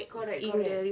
correct correct